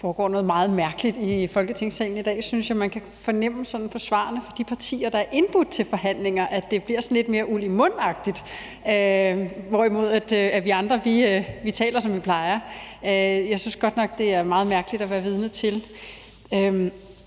Der foregår noget meget mærkeligt i Folketingssalen i dag, synes jeg man sådan kan fornemme på svarene fra de partier, der er indbudt til forhandlinger, altså at det bliver sådan lidt mere uld i mund-agtigt, hvorimod vi andre taler, som vi plejer. Jeg synes godt nok, det er meget mærkeligt at være vidne til.